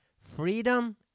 freedom